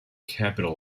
capital